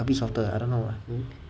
a bit softer I don't know